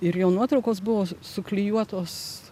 ir jo nuotraukos buvo su suklijuotos